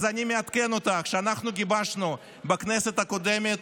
אז אני מעדכן אותך שאנחנו גיבשנו בכנסת הקודמת